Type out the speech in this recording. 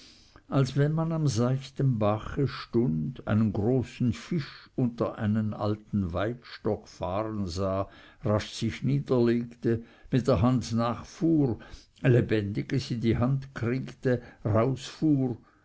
als wenn man am seichten bache stund einen großen fisch unter einen alten weidstock fahren sah rasch sich niederlegte mit der hand nachfuhr lebendiges in die hand kriegte rausfuhr